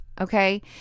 Okay